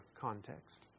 context